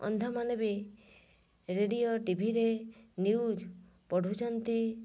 ଅନ୍ଧମାନେ ବି ରେଡ଼ିଓ ଟିଭିରେ ନ୍ୟୁଜ୍ ପଢ଼ୁଛନ୍ତି